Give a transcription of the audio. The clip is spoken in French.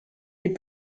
les